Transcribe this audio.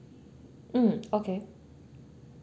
mm okay